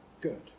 good